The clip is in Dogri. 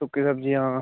सुक्की सब्जियां